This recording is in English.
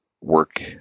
work